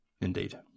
Indeed